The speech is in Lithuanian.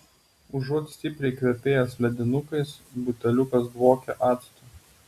užuot stipriai kvepėjęs ledinukais buteliukas dvokė actu